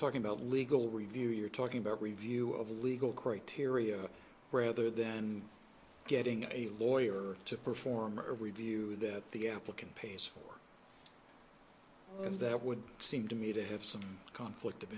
talking about legal review you're talking about review of a legal criteria rather than getting a lawyer to perform a review that the applicant pays for and that would seem to me to have some conflict of